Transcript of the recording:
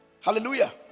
Hallelujah